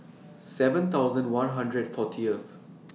seven thousand one hundred and forty